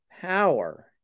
power